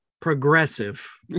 Progressive